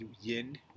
yin